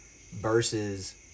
versus